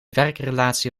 werkrelatie